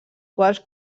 quals